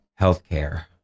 healthcare